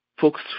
Folks